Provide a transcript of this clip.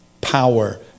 power